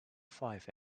five